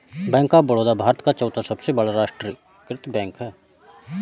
bank of Baroda भारत का चौथा सबसे बड़ा राष्ट्रीयकृत बैंक है